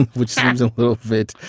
and which sounds a little bit,